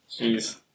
jeez